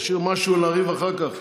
תשאיר משהו לריב אחר כך.